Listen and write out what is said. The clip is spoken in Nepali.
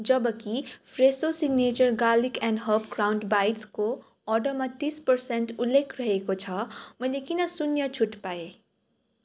जबकि फ्रेसो signature garlic and herb crouton बाइट्सको अर्डरमा तिस पर्सेन्ट उल्लेख रहेको छ मैले किन शून्य छुट पाएँ